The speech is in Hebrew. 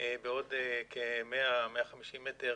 בעוד כ-100 או 150 מטר